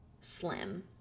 slim